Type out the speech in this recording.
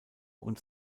und